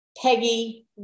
Peggy